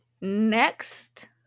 Next